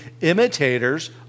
imitators